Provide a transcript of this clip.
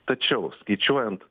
tačiau skaičiuojant